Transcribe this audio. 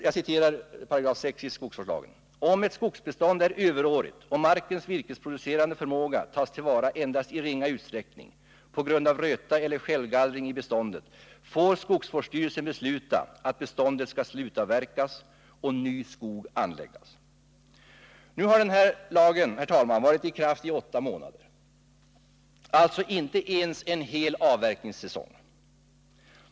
Jag citerar 6 § i skogsvårdslagen: ”Om ett skogsbestånd är överårigt och markens virkesproducerande förmåga tas till vara endast i ringa utsträckning på grund av röta eller självgallring i beståndet, får skogsvårdsstyrelsen besluta att beståndet skall slutavverkas och ny skog anläggas.” Denna lag har nu varit i kraft i åtta månader, alltså inte ens en hel avverkningssäsong.